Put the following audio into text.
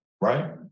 right